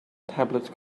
tablet